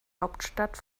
hauptstadt